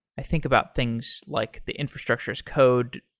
i think about things like the infrastructure's code,